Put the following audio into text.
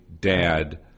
dad